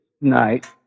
night